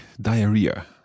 diarrhea